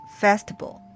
festival